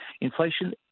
inflation